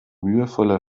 mühevoller